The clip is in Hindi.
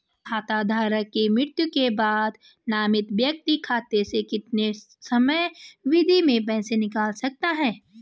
खाता धारक की मृत्यु के बाद नामित व्यक्ति खाते से कितने समयावधि में पैसे निकाल सकता है?